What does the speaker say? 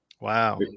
wow